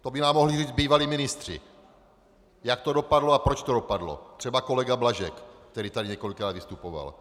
To by nám mohli říct bývalí ministři, jak to dopadlo a proč to dopadlo, třeba kolega Blažek, který tady několikrát vystupoval.